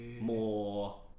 more